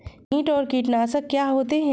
कीट और कीटनाशक क्या होते हैं?